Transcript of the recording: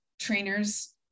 trainers